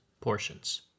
portions